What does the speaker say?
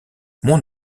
mon